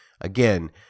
again